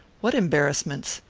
what embarrassments?